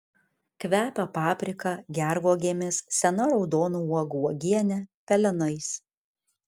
kvepia paprika gervuogėmis sena raudonų uogų uogiene pelenais